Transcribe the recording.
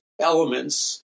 elements